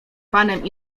panem